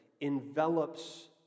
envelops